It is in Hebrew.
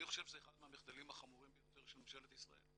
אני חושב שזה אחד מהמחדלים החמורים ביותר של ממשלת ישראל.